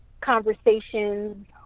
conversations